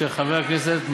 של חברת הכנסת,